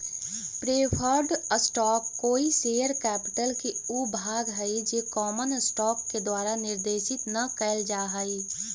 preferred stock कोई share capital के ऊ भाग हइ जे कॉमन स्टॉक के द्वारा निर्देशित न कैल जा हइ